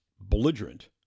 belligerent